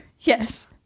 Yes